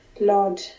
Lord